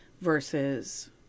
versus